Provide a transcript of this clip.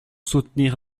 soutenir